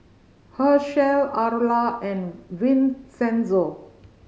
Hershell Arla and Vincenzo